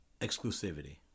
Exclusivity